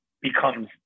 becomes